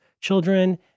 children